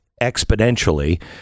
exponentially